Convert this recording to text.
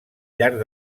llarg